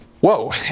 Whoa